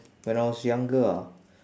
when I was younger ah